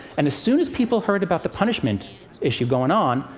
and as soon as people heard about the punishment issue going on,